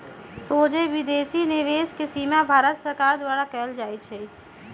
सोझे विदेशी निवेश के सीमा भारत सरकार द्वारा कएल जाइ छइ